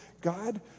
God